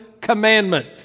commandment